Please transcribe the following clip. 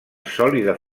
sòlida